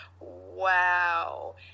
Wow